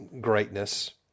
greatness